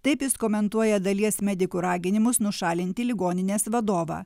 taip jis komentuoja dalies medikų raginimus nušalinti ligoninės vadovą